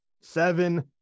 Seven